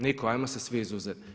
Nitko, ajmo se svi izuzeti.